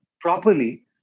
properly